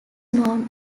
known